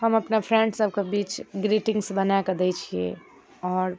हम अपना फ्रेन्डसबके बीच ग्रीटिंग्स बनाकऽ दै छिए आओर